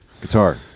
guitar